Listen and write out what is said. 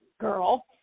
girl